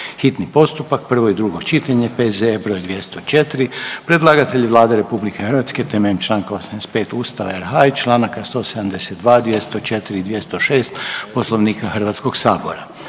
hitni postupak, prvo i drugo čitanje, P.Z.E. br. 204; Predlagatelj je Vlada temeljem čl. 85. Ustava RH i čl. 172., 204. i 206. Poslovnika Hrvatskoga sabora.